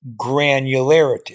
granularity